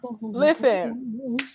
Listen